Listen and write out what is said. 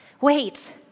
Wait